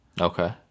Okay